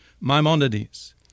Maimonides